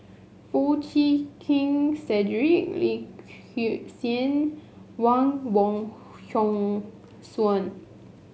Foo Chee Keng Cedric Wang Wong Hong Suen